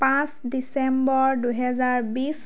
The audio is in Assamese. পাঁচ ডিচেম্বৰ দুহেজাৰ বিছ